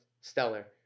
stellar